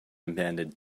abandoned